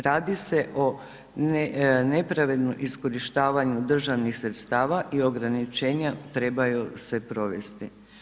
Radi se o nepravednom iskorištavanju državnih sredstava i ograničenja trebaju se provesti.